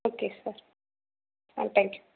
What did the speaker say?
okay sir ஆ thank you